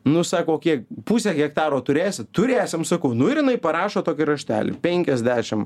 nu sako kiek pusę hektaro turėsit turėsim sakau nu ir jinai parašo tokį raštelį penkiasdešim